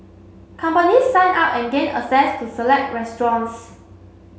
companies sign up and gain access to select restaurants